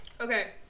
Okay